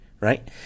right